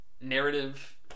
narrative